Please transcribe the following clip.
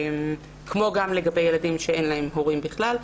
כמו גם לגבי ילדים שאין להם הורים בכלל,